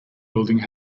building